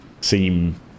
seem